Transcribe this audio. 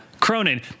Cronin